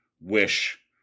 Wish